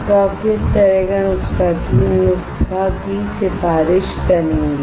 तो आप किस तरह के नुस्खे की सिफारिश करेंगे